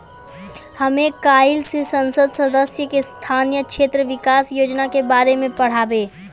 हमे काइल से संसद सदस्य के स्थानीय क्षेत्र विकास योजना के बारे मे पढ़बै